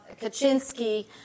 Kaczynski